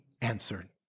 answered